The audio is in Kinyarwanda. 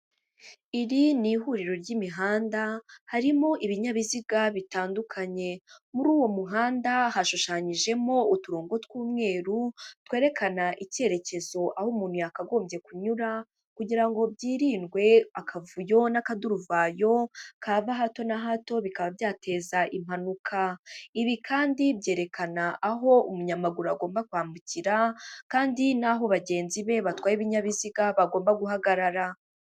Iri ni ihuriro ry'imihanda harimo ibinyabiziga bitandukanye, muri uwo muhanda hashushanyijemo uturongo tw'umweru, twerekana icyerekezo aho umuntu yakagombye kunyura, kugira ngo byirindwe akavuyo n'akaduruvayo kaba hato na hato bikaba byateza impanuka, ibi kandi byerekana aho umunyamaguru agomba kwambukira kandi n'aho bagenzi be batwaye ibinyabiziga bagomba guhagarara.